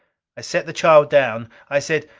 i set the child down. i said,